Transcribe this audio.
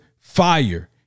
fire